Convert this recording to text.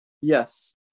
yes